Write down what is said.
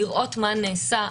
לראות מה נעשה.